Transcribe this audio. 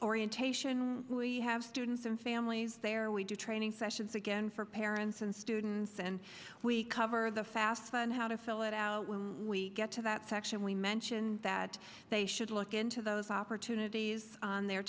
orientation we have students and families there we do training sessions again for parents and students and we cover the fast and how to fill it out when we get to that section we mentioned that they should look into those opportunities on their